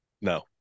No